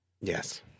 Yes